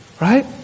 Right